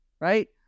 Right